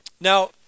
Now